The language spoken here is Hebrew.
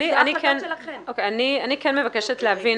אני כן מבקשת להבין